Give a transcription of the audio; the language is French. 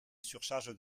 surcharge